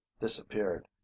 disappeared